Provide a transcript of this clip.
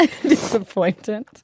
Disappointing